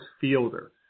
Fielder